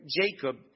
Jacob